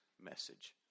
message